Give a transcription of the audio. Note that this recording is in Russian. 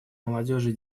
молодежи